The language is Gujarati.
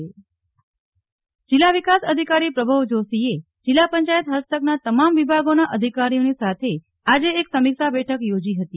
નેહલ ઠક્કર જિલ્લા પંચાયત બેઠક જિલ્લા વિકાસ અધિકારી પ્રભવ જોષીએ જિલ્લા પંચાયત હસ્તકના તમામ વિભાગોના અધિકારીઓની સાથે આજે એક સમીક્ષા બેઠક યોજી હતી